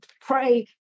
pray